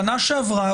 בשנה שעברה,